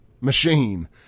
machine